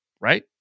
right